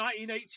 1980